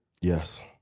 Yes